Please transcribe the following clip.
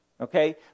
Okay